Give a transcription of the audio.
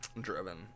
driven